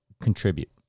contribute